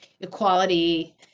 equality